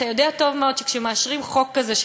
ואתה יודע טוב מאוד שכשמאשרים חוק כזה של